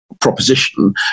proposition